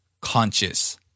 conscious